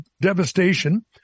devastation